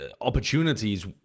opportunities